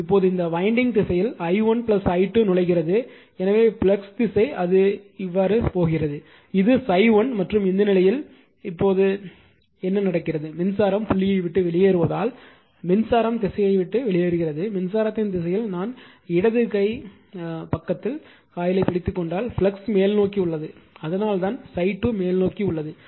இப்போது இந்த வயண்டிங் திசையில் i1 i2 நுழைகிறது எனவே ஃப்ளக்ஸ் திசை அது இப்படித்தான் போகிறது இது ∅1 மற்றும் இந்த நிலையில் இப்போது இந்த நிலையில் என்ன நடக்கிறது மின்சாரம் புள்ளியை விட்டு வெளியேறுவதால் மின்சாரம் திசையை விட்டு வெளியேறுகிறது மின்சாரத்தின் திசையில் நான் இடது கை பக்கத்தில் நான் காயிலை பிடித்துக்கொண்டால் ஃப்ளக்ஸ் மேல்நோக்கி உள்ளது அதனால்தான் ∅2 மேல்நோக்கி உள்ளது